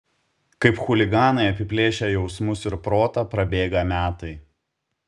kaip chuliganai apiplėšę jausmus ir protą prabėga metai